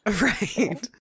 right